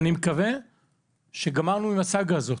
אני מקווה שגמרנו עם הסאגה הזאת.